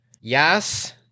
yes